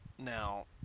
Now